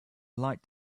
light